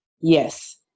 Yes